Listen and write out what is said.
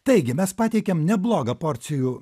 taigi mes pateikėm neblogą porcijų